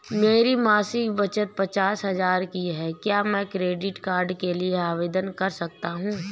मेरी मासिक बचत पचास हजार की है क्या मैं क्रेडिट कार्ड के लिए आवेदन कर सकता हूँ?